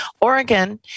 Oregon